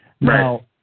Now